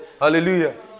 Hallelujah